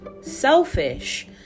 selfish